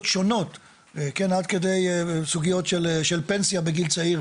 שונות עד כדי סוגיות של פנסיה בגיל צעיר,